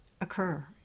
occur